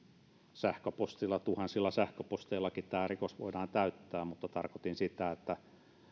sähköpostilla tuhansilla sähköposteillakin tämä rikos voidaan täyttää mutta tarkoitin sitä että